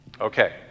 okay